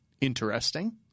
interesting